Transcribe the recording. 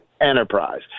Enterprise